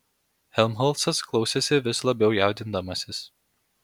helmholcas klausėsi vis labiau jaudindamasis